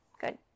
Good